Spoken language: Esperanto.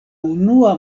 unua